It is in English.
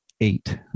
eight